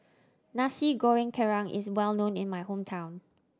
Nasi Goreng Kerang is well known in my hometown